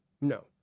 No